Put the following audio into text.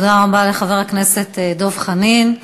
תודה רבה לחבר הכנסת דב חנין.